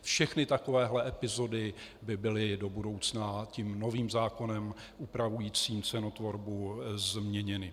Všechny takovéhle epizody by byly do budoucna tím novým zákonem upravujícím cenotvorbu změněny.